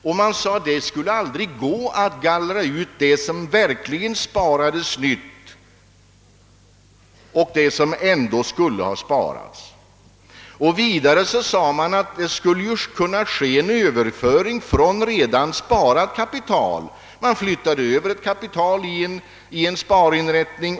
Utredningen framhöll att det inte skulle vara möjligt att skilja ut nysparandet från det som ändå skulle ha sparats, och vidare sade man att det skulle kunna ske en överföring av redan sparat kapital till nyinsatt kapital i en sparinrättning.